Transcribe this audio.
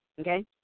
okay